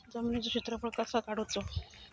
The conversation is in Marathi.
जमिनीचो क्षेत्रफळ कसा काढुचा?